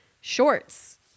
shorts